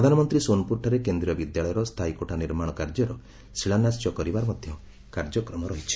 ପ୍ରଧାନମନ୍ତୀ ସୋନପୁର ଠାରେ କେନ୍ଦ୍ରୀୟ ବିଦ୍ୟାଳୟର ସ୍ତାୟୀ କୋଠା ନିର୍ମାଣ କାର୍ଯ୍ୟର ଶିଳାନ୍ୟାସ କରିବାର ମଧ କାର୍ଯ୍ୟକ୍ରମ ରହିଛି